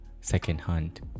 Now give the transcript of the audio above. second-hand